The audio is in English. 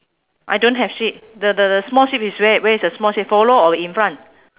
I don't have sheep the the the small sheep is where where is the small sheep follow or in front